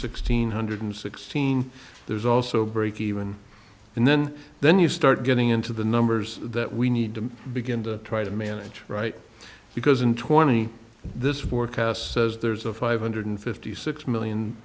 sixteen hundred sixteen there's also break even and then then you start getting into the numbers that we need to begin to try to manage right because in twenty this war cast says there's a five hundred fifty six million